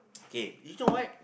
okay you know what